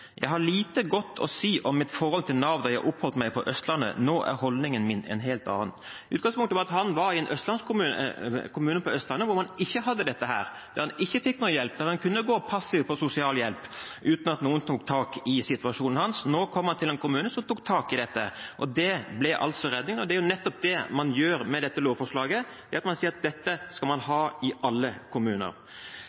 Jeg har lite godt å si om mitt forhold til Nav da jeg oppholdt meg på Østlandet, nå er holdningen min en helt annen.» Utgangspunktet var at han var i en kommune på Østlandet hvor man ikke hadde dette, der han ikke fikk noe hjelp, der han kunne gå passiv på sosialhjelp uten at noen tok tak i situasjonen hans. Nå har han kommet til en kommune som tok tak i dette, og det ble redningen. Det er nettopp det man gjør med dette lovforslaget, at man sier at dette skal man